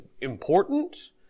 important